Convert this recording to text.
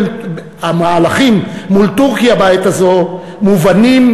המהלכים מול טורקיה בעת הזו מובנים